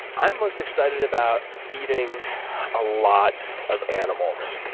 i'm most excited about eating a lot of animals.